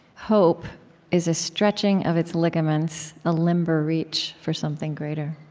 hope is a stretching of its ligaments, a limber reach for something greater.